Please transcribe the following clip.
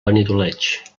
benidoleig